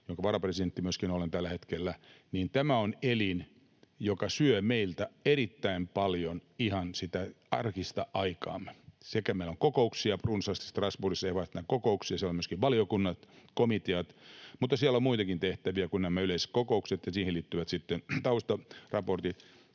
jonka varapresidentti myöskin olen tällä hetkellä, on elin, joka syö meiltä erittäin paljon ihan sitä arkista aikaamme. Meillä on kokouksia runsaasti Strasbourgissa, eikä vain kokouksia, vaan siellä ovat myöskin valiokunnat, komiteat, ja siellä on muitakin tehtäviä kuin nämä yleiset kokoukset ja niihin liittyvät taustaraportit.